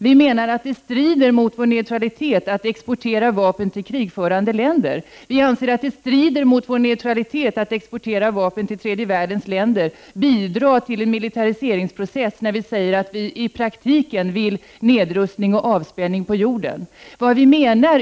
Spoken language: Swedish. Vi menar att det strider mot vår neutralitet att exportera vapen till krigförande länder. Vi anser att det strider mot vår neutralitet att exportera vapen till tredje världens länder och bidra till en militariseringsprocess, samtidigt som vi säger att vi vill ha nedrustning och avspänning på jorden.